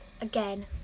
Again